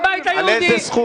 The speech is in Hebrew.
הבית היהודי.